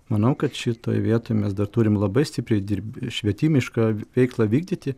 manau kad šitoj vietoj mes dar turim labai stipriai dirbi švetimišką veiklą vykdyti